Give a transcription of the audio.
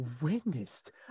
witnessed